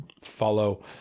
follow